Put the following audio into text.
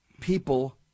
people